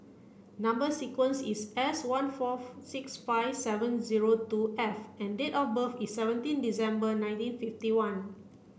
number sequence is S one four six five seven zero two F and date of birth is seventeen December nineteen fifty one